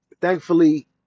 Thankfully